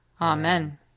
Amen